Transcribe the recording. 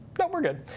no, we're good.